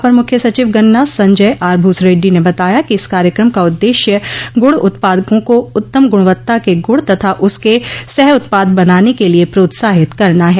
अपर मुख्य सचिव गन्ना संजय आर भूसरेड्डी ने बताया कि इस कार्यक्रम का उद्देश्य गुड़ उत्पादकों को उत्तम गुणवत्ता के गुड़ तथा उसके सह उत्पाद बनाने के लिए प्रोत्साहित करना है